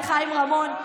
על חיים רמון,